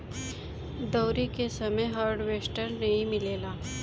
दँवरी के समय हार्वेस्टर नाइ मिलेला